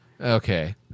Okay